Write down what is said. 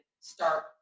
start